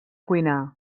cuinar